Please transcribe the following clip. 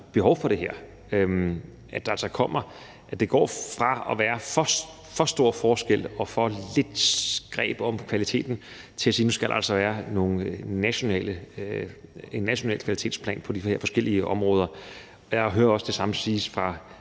behov for det her, altså at det går, fra at der er for stor forskel og for lidt greb om kvaliteten, til at der nu skal være en national kvalitetsplan på de her forskellige områder, og jeg hører også, at det samme siges af